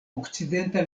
okcidenta